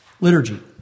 liturgy